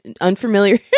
unfamiliar